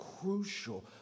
crucial